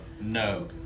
no